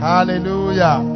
Hallelujah